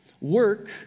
work